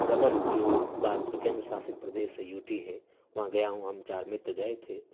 دمن جو بعد کا کیندر ساشت پردیش ہے یو ٹی ہے وہاں گیا ہوں ہم چار متر گئے تھے